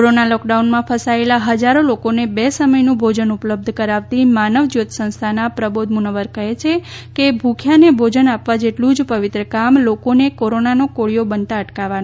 corona લોકડાઉનમાં ફસાયેલા હજારો લોકોને બે સમયનું ભોજન ઉપલબ્ધ કરાવતી માનવ જ્યોત સંસ્થાના પ્રબોધ મુનવર કહે છે કે ભૂખ્યાને ભોજન આપવા જેટલું જ પવિત્ર કામ લોકોને કોરોનાનો કોળિયો બનતા અટકાવવાનું છે